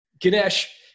Ganesh